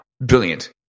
Brilliant